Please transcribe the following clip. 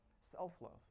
self-love